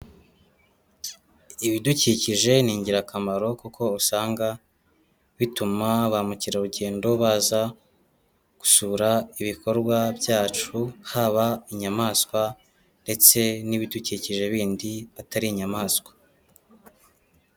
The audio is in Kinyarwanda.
Ibidukikije ni ingirakamaro kuko usanga bituma ba mukerarugendo baza gusura ibikorwa byacu, haba inyamaswa ndetse n'ibidukikije bindi atari inyamaswa.